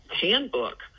handbook